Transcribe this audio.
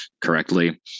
correctly